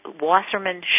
Wasserman